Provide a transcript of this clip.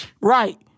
Right